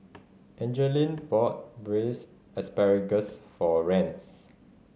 Angeline bought Braised Asparagus for Rance